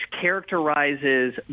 characterizes